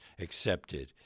accepted